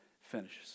finishes